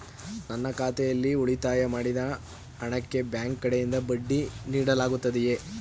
ನನ್ನ ಖಾತೆಯಲ್ಲಿ ಉಳಿತಾಯ ಮಾಡಿದ ಹಣಕ್ಕೆ ಬ್ಯಾಂಕ್ ಕಡೆಯಿಂದ ಬಡ್ಡಿ ನೀಡಲಾಗುತ್ತದೆಯೇ?